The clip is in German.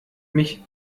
mich